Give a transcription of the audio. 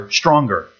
stronger